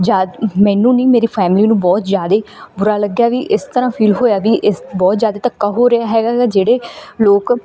ਜਾਦ ਮੈਨੂੰ ਨਹੀਂ ਮੇਰੀ ਫੈਮਿਲੀ ਨੂੰ ਬਹੁਤ ਜ਼ਿਆਦਾ ਬੁਰਾ ਲੱਗਿਆ ਵੀ ਇਸ ਤਰ੍ਹਾਂ ਫੀਲ ਹੋਇਆ ਵੀ ਇਸ ਬਹੁਤ ਜ਼ਿਆਦਾ ਧੱਕਾ ਹੋ ਰਿਹਾ ਹੈਗਾ ਐਗਾ ਜਿਹੜੇ ਲੋਕ